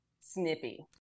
snippy